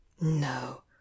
no